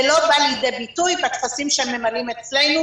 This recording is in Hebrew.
זה לא בא לידי ביטוי בטפסים שהם ממלאים אצלנו,